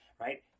right